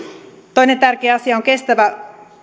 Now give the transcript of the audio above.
toinen tärkeä asia on kestävä